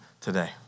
today